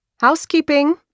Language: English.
Housekeeping